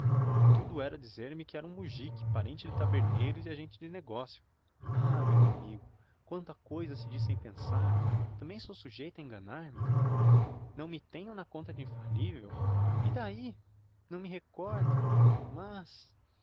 tudo era dizer-me que era um mujik parente de taberneiros e agentes de negocio ah meu amigo quanta coisa se diz sem pensar tambem sou sujeita a enganar me não me tenho na conta de infallivel e d'ahi não me recordo mas